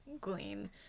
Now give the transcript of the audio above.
glean